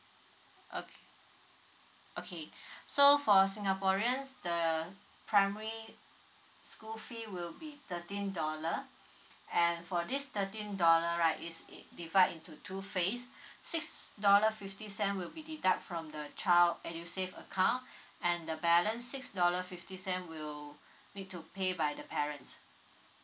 okay okay so for singaporeans the primary school fee will be thirteen dollar and for this thirteen dollar right is it divide into two phase six dollar fifty cent will be deduct from the child edusave account and the balance six dollar fifty cent will need to pay by the parents